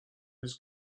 his